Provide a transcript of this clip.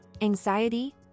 Anxiety